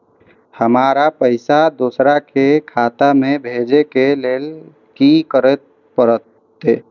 हमरा पैसा दोसर के खाता में भेजे के लेल की करे परते?